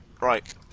right